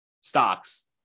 stocks